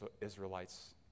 Israelites